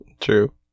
True